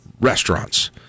restaurants